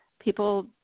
people